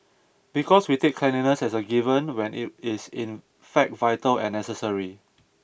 because we take cleanliness as a given when it is in fact vital and necessary